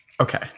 okay